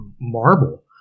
marble